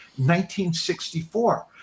1964